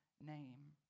name